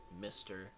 mister